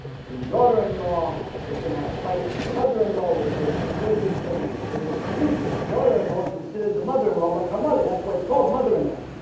the daughter-in-law is gonna have fights with the mother-in-law which was until this generation was unusual the daughter-in-law considered the mother-in-law like her mother. that's why it's called mother-in-law